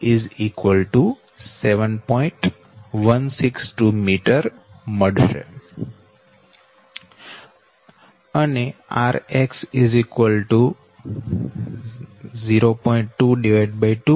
162 m અને rx 0